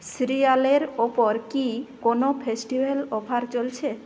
সিরিয়ালের ওপর কি কোনও ফেস্টিভ্যাল অফার চলছে